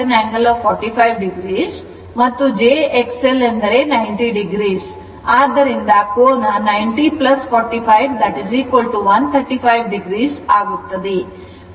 I 5 45 o angle 45o ಮತ್ತು j XL ಎಂದರೆ 90 o ಆದ್ದರಿಂದ ಕೋನ 90 45 135 o ಆಗುತ್ತದೆ